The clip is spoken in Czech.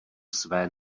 své